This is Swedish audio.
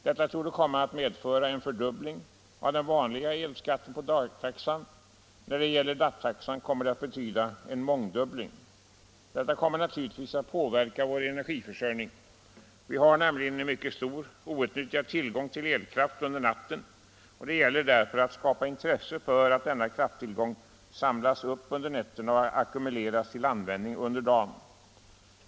Detta torde komma att medföra en fördubbling av den vanliga elskatten på dagtaxan. När det gäller nattaxan kommer det att betyda en mångdubbling. Detta kommer naturligtvis att påverka vår energiförsörjning. Vi har nämligen en mycket stor outnyttjad tillgång till elkraft under natten. Det gäller därför att skapa intresse för att denna krafttillgång samlas upp under nätterna och ackumuleras till användning under dagen.